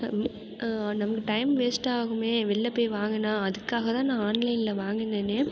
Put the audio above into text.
நமக்கு டைம் வேஸ்ட்டாகுமே வெளியில் போய் வாங்குனால் அதுக்காக தான் நான் ஆன்லைனில் வாங்குனேன்